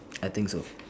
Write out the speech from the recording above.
I think so